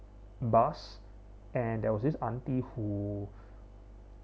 bus and there was this auntie who